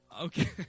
Okay